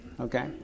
Okay